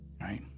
right